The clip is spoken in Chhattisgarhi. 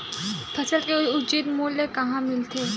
फसल के उचित मूल्य कहां मिलथे?